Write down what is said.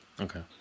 okay